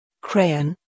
Crayon